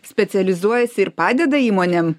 specializuojasi ir padeda įmonėm